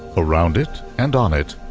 around it, and on it,